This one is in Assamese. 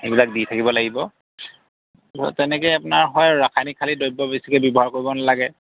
সেইবিলাক দি থাকিব লাগিব তেনেকৈ আপোনাৰ হয় ৰাসায়নিক খালি দ্ৰব্য বেছিকৈ ব্যৱহাৰ কৰিব নালাগে